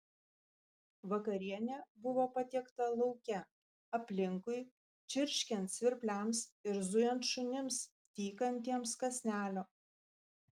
vakarienė buvo patiekta lauke aplinkui čirškiant svirpliams ir zujant šunims tykantiems kąsnelio